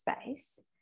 space